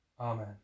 Amen